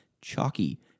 Chalky